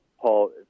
Paul